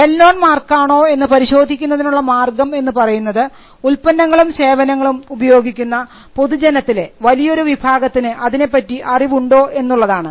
well known മാർക്കാണോ എന്ന് പരിശോധിക്കുന്നതിനുള്ള മാർഗം എന്ന് പറയുന്നത് ഉൽപ്പന്നങ്ങളും സേവനങ്ങളും ഉപയോഗിക്കുന്ന പൊതുജനത്തിലെ വലിയൊരു വിഭാഗത്തിന് അതിനെപ്പറ്റി അറിവുണ്ടോ എന്നുള്ളതാണ്